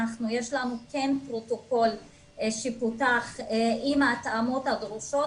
יש לנו כן פרוטוקול שפותח עם ההתאמות הדרושות